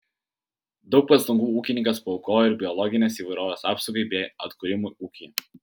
daug pastangų ūkininkas paaukojo ir biologinės įvairovės apsaugai bei atkūrimui ūkyje